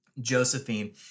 Josephine